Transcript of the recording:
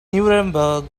nuremberg